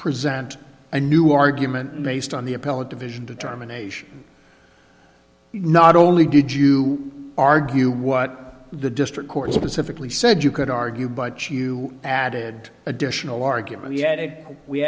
present a new argument based on the appellate division determination not only did you argue what the district court specifically said you could argue but you added additional argument yet we